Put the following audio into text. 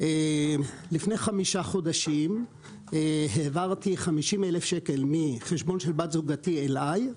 לפני חמישה חודשים העברתי 50 אלף שקלים מחשבון של בת זוגתי אלי.